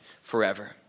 forever